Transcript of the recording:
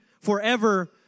forever